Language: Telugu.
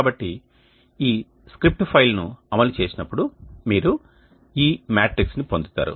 కాబట్టి ఈ స్క్రిప్ట్ ఫైల్ను అమలు చేసినప్పుడు మీరు ఈ మ్యాట్రిక్స్ని పొందుతారు